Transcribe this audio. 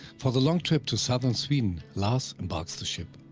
for the long trip to southern sweden, lars embarks the ship.